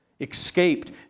escaped